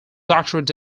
doctorate